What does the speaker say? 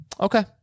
Okay